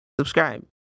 Subscribe